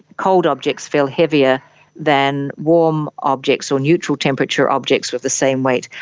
cold objects feel heavier than warm objects or neutral temperature objects with the same weight.